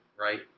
right